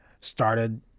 started